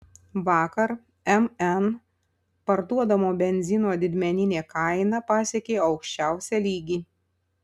vakar mn parduodamo benzino didmeninė kaina pasiekė aukščiausią lygį